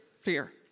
fear